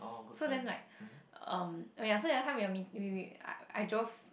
so then like um so that time we had meeting with I I drove